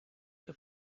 que